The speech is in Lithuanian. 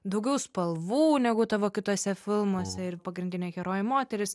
daugiau spalvų negu tavo kituose filmuose ir pagrindinė herojė moteris